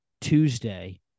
tuesday